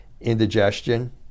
indigestion